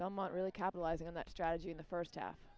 belmont really capitalizing on that strategy in the first half